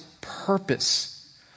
purpose